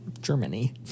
Germany